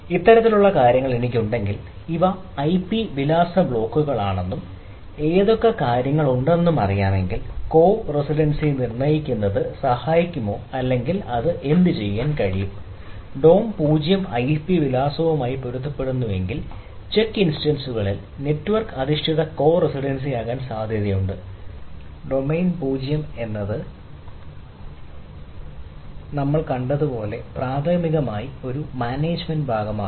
ഇത്തരത്തിലുള്ള കാര്യങ്ങൾ എനിക്കുണ്ടെങ്കിൽ ഇവ ഐപി വിലാസ ബ്ലോക്കുകളാണെന്നും ഏതൊക്കെ കാര്യങ്ങളുണ്ടെന്നും അറിയാമെങ്കിൽ കോ റെസിഡൻസി നിർണ്ണയിക്കുന്നത് സഹായിക്കുമോ അല്ലെങ്കിൽ എന്ത് ചെയ്യാൻ കഴിയും ഡോം 0 ഐപി വിലാസവുമായി പൊരുത്തപ്പെടുന്നെങ്കിൽ ചെക്ക് ഇൻസ്റ്റൻസസ്കളിൽ നെറ്റ്വർക്ക് അധിഷ്ഠിത കോ റെസിഡൻസി ആകാൻ സാധ്യതയുണ്ട് ഡൊമെയ്ൻ പൂജ്യം എന്നത് നമ്മൾ കണ്ടതുപോലെ പ്രാഥമികമായി അവരുടെ മാനേജുമെന്റ് ഭാഗമാണ്